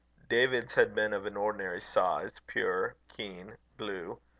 david's had been of an ordinary size, pure keen blue,